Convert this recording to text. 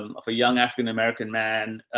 um of a young african american man,